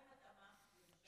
מה עם התאמה, למשל?